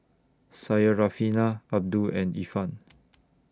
Syarafina Abdul and Irfan